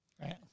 right